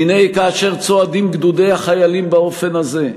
והנה, כאשר צועדים גדודי החיילים באופן הזה,